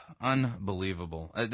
Unbelievable